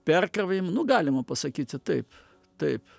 perkrovim nu galima pasakyti taip taip